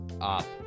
up